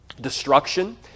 destruction